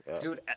Dude